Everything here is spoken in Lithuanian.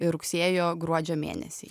rugsėjo gruodžio mėnesiai